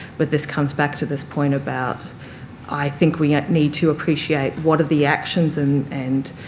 but this comes back to this point about i think we need to appreciate what are the actions and and